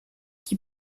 qui